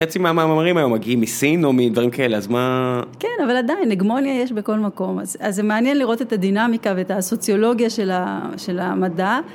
חצי מהמאמרים היום מגיעים מסין או מדברים כאלה, אז מה... כן, אבל עדיין, אגמוניה יש בכל מקום, אז זה מעניין לראות את הדינמיקה ואת הסוציולוגיה של המדע.